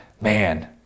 man